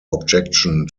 objection